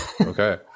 Okay